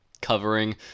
covering